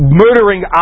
murdering